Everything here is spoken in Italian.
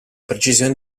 precisione